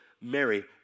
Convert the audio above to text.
Mary